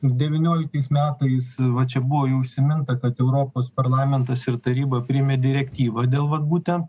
devynioliktais metais va čia buvo jau užsiminta kad europos parlamentas ir taryba priėmė direktyvą dėl vat būtent